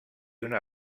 una